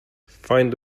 find